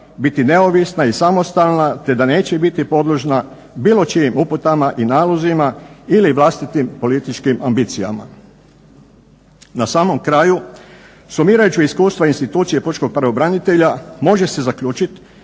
biti neovisna i samostalna te da neće biti podložna bilo čijim uputama i nalozima ili vlastitim političkim ambicijama. Na samom kraju sumirajući iskustva institucije pučkog pravobranitelja može se zaključiti